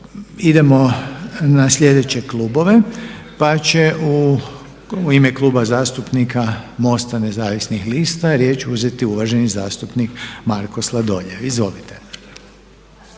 Idemo na sljedeće klubove, pa će u ime Kluba zastupnika MOST-a nezavisnih lista riječ uzeti uvaženi zastupnik Marko Sladoljev. Izvolite.